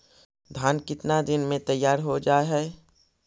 धान केतना दिन में तैयार हो जाय है?